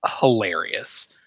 hilarious